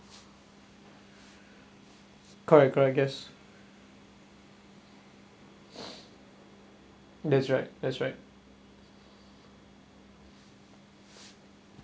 correct correct I guess that's right that's right